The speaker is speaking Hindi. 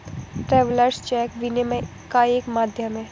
ट्रैवेलर्स चेक विनिमय का एक माध्यम है